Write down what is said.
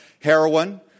heroin